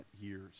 years